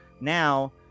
now